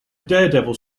daredevil